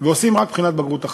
ועושים רק בחינת בגרות אחת.